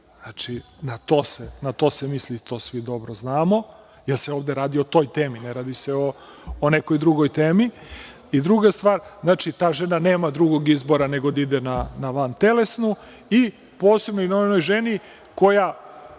znači, na to se misli, i to svi dobro znamo, jer se ovde radi o toj temi, ne radi se o nekoj drugoj temi. Druga stvar, znači, ta žena nema drugog izbora nego da ide na vantelesnu i posebno na onu